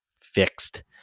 fixed